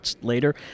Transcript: later